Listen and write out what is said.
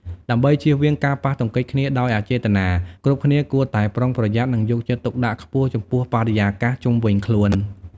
ដើម្បីជៀសវាងការប៉ះទង្គិចគ្នាដោយអចេតនា គ្រប់គ្នាគួរតែប្រុងប្រយ័ត្ន និងយកចិត្តទុកដាក់ខ្ពស់ចំពោះបរិយាកាសជុំវិញខ្លួន។